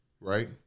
right